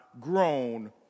grown